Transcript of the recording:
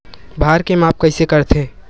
भार के माप कइसे करथे?